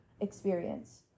experience